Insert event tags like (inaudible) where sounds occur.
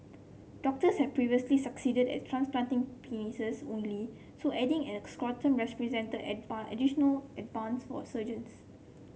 doctors have previously succeeded at transplanting penises only so adding at scrotum represented (unintelligible) additional advance for surgeons